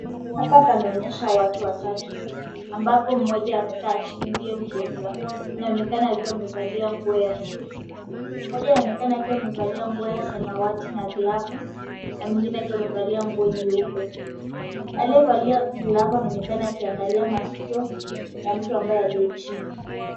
Hapa panaonyesha watu watatu, ambapo mmoja amekaa chini ndiye mgonjwa, anaonekana akiwa amevaa nguo ya suti. Mmoja anaonekana akiwa amevalia nguo ya samawati na glavu na mwingine akiwa amevalia nguo nyeupe. Aliyevalia glavu anaonekana akiangalia masikio ya mtu ambaye aliye chini.